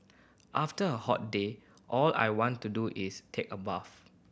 after a hot day all I want to do is take a bath